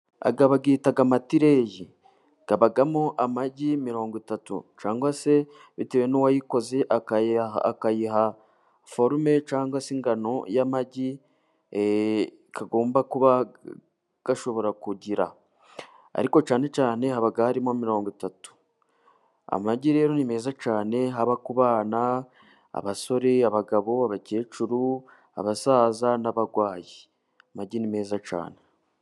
Aya bayita amatuleyi abamo amagi mirongo itatu, cyangwa se bitewe n' uwayikoze akayiha forume, cyangwa se ingano y' amagi agomba kuba ashobora kugira, ariko cyane cyane haba harimo mirongo itatu amagi rero ni meza cyane haba ku bana, abasore, abagabo, abakecuru, abasaza n' abarwayi; amagi ni meza cyane.